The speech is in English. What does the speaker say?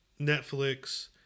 Netflix